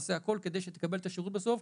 נעשה הכול כדי שיקבל את השירות בסוף,